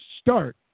start